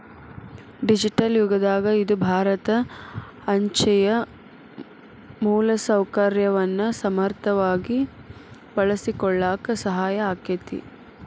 digital ಯುಗದಾಗ ಇದು ಭಾರತ ಅಂಚೆಯ ಮೂಲಸೌಕರ್ಯವನ್ನ ಸಮರ್ಥವಾಗಿ ಬಳಸಿಕೊಳ್ಳಾಕ ಸಹಾಯ ಆಕ್ಕೆತಿ